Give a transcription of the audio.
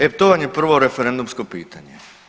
E to vam je prvo referendumsko pitanje.